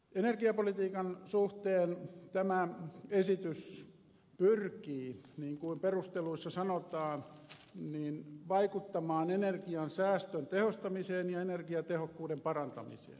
energiapolitiikan suhteen tämä esitys pyrkii niin kuin perusteluissa sanotaan vaikuttamaan energiansäästön tehostamiseen ja energiatehokkuuden parantamiseen